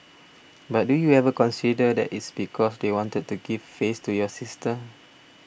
but do you ever consider that it's because they wanted to give face to your sister